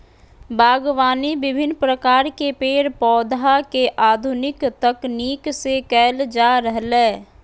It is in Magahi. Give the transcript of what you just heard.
बागवानी विविन्न प्रकार के पेड़ पौधा के आधुनिक तकनीक से कैल जा रहलै